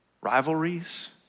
rivalries